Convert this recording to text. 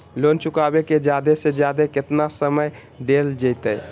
Loan चुकाबे के जादे से जादे केतना समय डेल जयते?